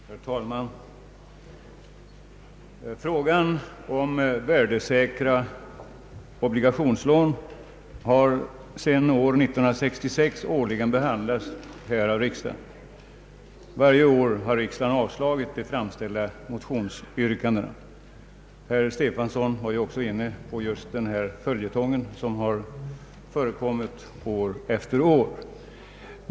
Herr talman! Frågan om värdesäkra obligationslån har sedan 1966 årligen behandlats här i riksdagen. Varje gång har riksdagen avslagit de framställda motionsyrkandena. Herr Stefanson var ju också inne på denna följetong, som förekommit år efter år.